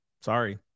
Sorry